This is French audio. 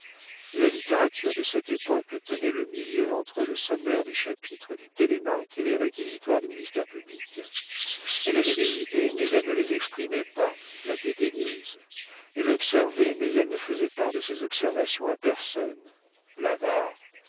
la littérature de cette époque tenait le milieu entre le sommaire des chapitres du télémaque et les réquisitoires du ministère public elle avait des idées mais elle ne les exprimait pas la dédaigneuse elle observait mais elle ne faisait part de ses observations à personne l'avare